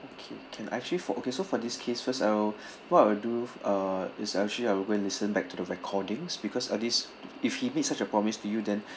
okay can actually for okay so for this case I will what l will do uh it's uh actually I will go and listen back to the recordings because uh this if he makes such a promise to you then